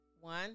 One